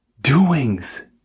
doings